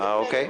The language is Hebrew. אוקיי.